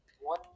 One